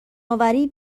آوری